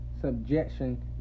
subjection